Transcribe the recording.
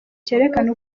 cerekana